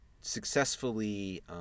successfully